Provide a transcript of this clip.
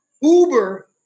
uber